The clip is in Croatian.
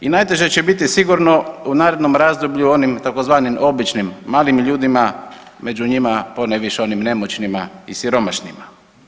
I najteže će biti sigurno u narednom razdoblju onim tzv. običnim malim ljudima, među njima ponajviše onim nemoćnima i siromašnima.